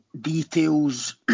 details